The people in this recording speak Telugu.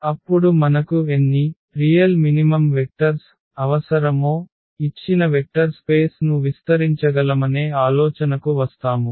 అప్పుడు మనకు ఎన్ని వాస్తవ కనీస వెక్టర్ అవసరమో ఇచ్చిన వెక్టర్ స్పేస్ ను విస్తరించగలమనే ఆలోచనకు వస్తాము